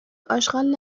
آشغال